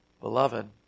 Beloved